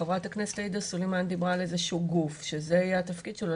חברת הכנסת עאידה סלימאן דיברה על איזשהו גוף שזה יהיה התפקיד שלו.